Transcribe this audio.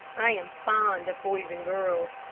i am fond of boys and girls,